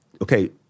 okay